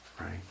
Right